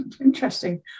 Interesting